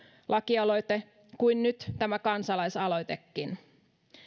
lakialoite kuin nyt tämä kansalaisaloitekin